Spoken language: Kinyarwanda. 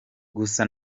gusa